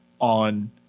on